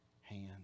hand